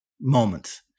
moments